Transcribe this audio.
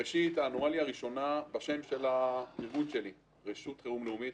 האנומליה הראשונה היא בשם של הארגון שלי: רשות חירום לאומית.